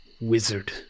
wizard